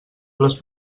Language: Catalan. les